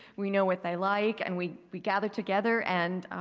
we know what they're like and we we gather together and